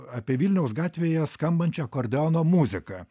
apie vilniaus gatvėje skambančią akordeono muziką